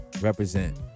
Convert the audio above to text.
Represent